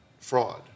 fraud